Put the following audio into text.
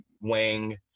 Wang